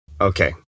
Okay